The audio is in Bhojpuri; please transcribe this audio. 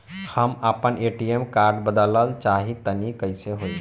हम आपन ए.टी.एम कार्ड बदलल चाह तनि कइसे होई?